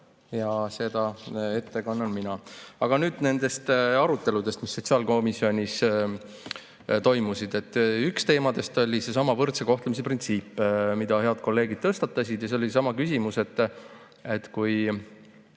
ja selle kannan ette mina. Aga nüüd nendest aruteludest, mis sotsiaalkomisjonis toimusid. Üks teemadest oli seesama võrdse kohtlemise printsiip, mille head kolleegid tõstatasid, ja oli seesama küsimus, et kui